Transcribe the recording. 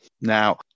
Now